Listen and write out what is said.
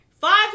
five